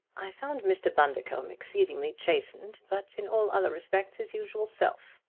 i found mr. bundercombe exceedingly chastened, but in all other respects his usual self.